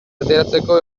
ateratzeko